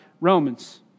Romans